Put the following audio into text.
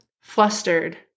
Flustered